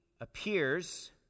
appears